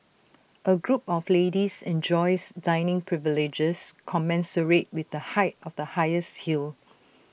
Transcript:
A group of ladies enjoys dining privileges commensurate with the height of the highest heel